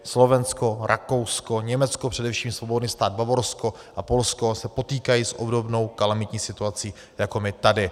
Slovensko, Rakousko, Německo, především Svobodný stát Bavorsko a Polsko se potýkají s obdobnou kalamitní situací jako my tady.